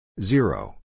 zero